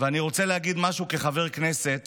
ואני רוצה להגיד משהו כחבר כנסת,